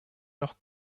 noch